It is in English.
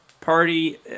party